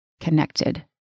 connected